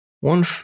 one